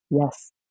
Yes